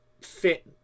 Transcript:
fit